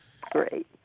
Great